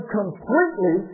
completely